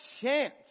chance